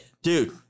Dude